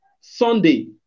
Sunday